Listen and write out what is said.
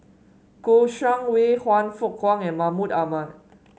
Kouo Shang Wei Han Fook Kwang and Mahmud Ahmad